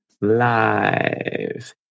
live